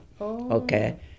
okay